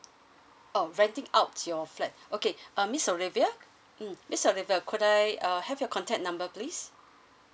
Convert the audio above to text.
oh renting out your flat okay uh miss olivia mm miss olivia could I uh have your contact number please